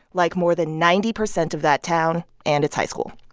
like more than ninety percent of that town and its high school